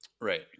right